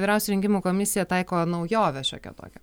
vyrausia rinkimų komisija taiko naujovę šiokią tokią